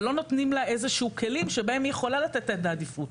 אבל לא נותנים לה איזה שהם כלים שבהם היא יכולה לתת את העדיפות.